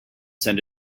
send